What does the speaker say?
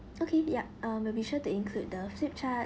okay yup uh will be sure to include the flip chart